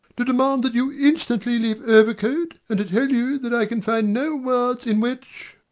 to demand that you instantly leave overcote and to tell you that i can find no words in which